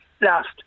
last